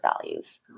values